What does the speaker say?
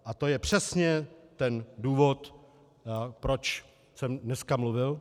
A to je přesně ten důvod, proč jsem dneska mluvil.